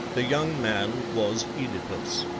the young man was oedipus,